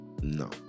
No